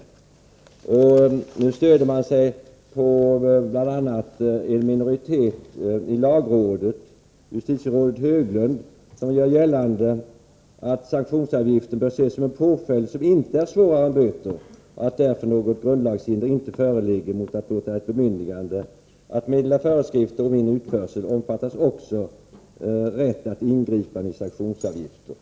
Nu stöder man sig på bl.a. en minoritet i lagrådet. Det är justitierådet Höglund, som gör gällande att sanktionsavgiften bör ses som en påföljd som inte är svårare än böter och att därför något grundlagshinder inte föreligger mot att låta ett bemyndigande om att meddela föreskrifter om inoch utförsel omfatta också rätt att ingripa när det gäller sanktionsavgifter.